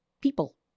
people